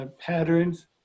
patterns